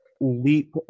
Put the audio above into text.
leap